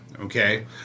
Okay